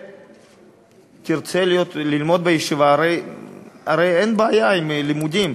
ותרצה ללמוד בישיבה, הרי אין בעיה עם לימודים.